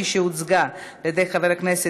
עברה בקריאה